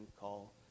call